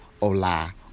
Ola